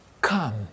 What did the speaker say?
come